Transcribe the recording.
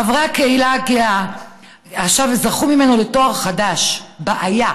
חברי הקהילה הגאה עכשיו זכו ממנו לתואר חדש: בעיה.